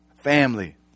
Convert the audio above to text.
Family